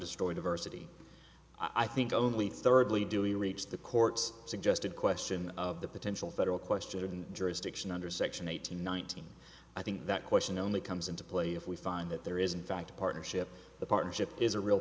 destroy diversity i think only thirdly do we reach the courts suggested question of the potential federal question of the jurisdiction under section eight hundred nineteen i think that question only comes into play if we find that there isn't fact a partnership the partnership is a real